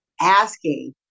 asking